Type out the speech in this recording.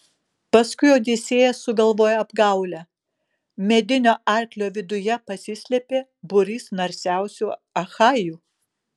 paskui odisėjas sugalvojo apgaulę medinio arklio viduje pasislėpė būrys narsiausių achajų